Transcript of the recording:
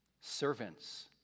Servants